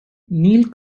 neill